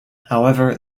however